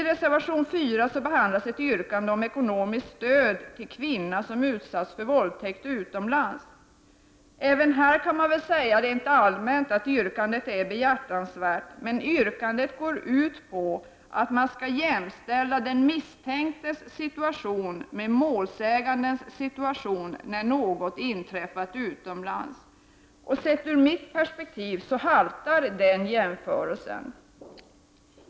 I reservation 4 behandlas ett yrkande om ekonomiskt stöd till kvinna som utsatts för våldtäkt utomlands. Även här kan man väl säga rent allmänt att yrkandet är behjärtansvärt, men yrkandet går ut på att man skall jämställa den misstänktes situation med målsägandens situation när något inträffat utomlands, och sett ur mitt perspektiv haltar den jämförelsen.